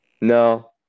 No